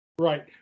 Right